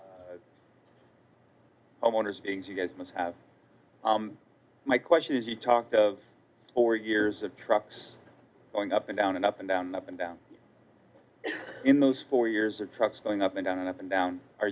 homeowners beings you guys must have my question is you talked of four years of trucks going up and down and up and down up and down in those four years of trucks going up and down and up and down are